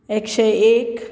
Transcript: एकशें एक